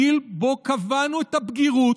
גיל שבו קבענו את הבגירות.